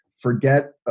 forget